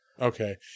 Okay